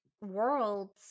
worlds